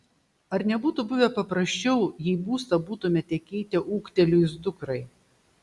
ar nebūtų buvę paprasčiau jei būstą būtumėte keitę ūgtelėjus dukrai